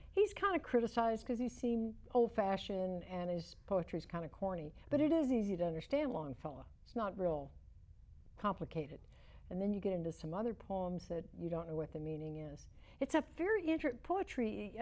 he's kind of criticized because he's seen old fashioned and his poetry is kind of corny but it is easy to understand longfellow it's not real complicated and then you get into some other poems that you don't know what the meaning is it's a very intricate poetry